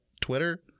Twitter